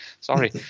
Sorry